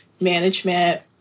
management